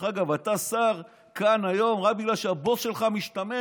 אתה שר כאן היום רק בגלל שהבוס שלך משתמש